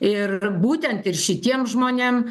ir būtent ir šitiem žmonėm